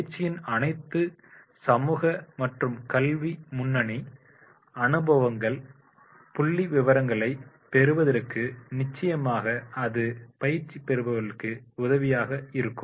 பயிற்சியின் அனைத்து சமூக மற்றும் கல்வி பின்னணி அனுபவங்கள் புள்ளிவிவரங்களை பெறுவதற்கு நிச்சயமாக அது பயிற்சி பெற்றவருக்கு உதவியாக இருக்கும்